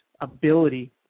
ability